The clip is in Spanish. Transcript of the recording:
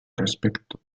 respecto